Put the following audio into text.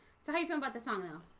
so how you feel about the song now.